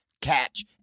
Catch